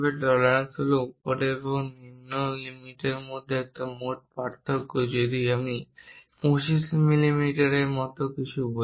tolerance হল উপরের এবং নিম্ন লিমিটর মধ্যে একটি মোট পার্থক্য যদি আমি 25 মিমি এর মত কিছু বলি